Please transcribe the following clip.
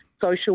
social